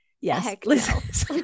yes